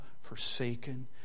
forsaken